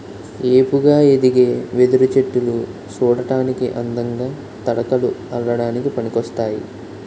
ఏపుగా ఎదిగే వెదురు చెట్టులు సూడటానికి అందంగా, తడకలు అల్లడానికి పనికోస్తాయి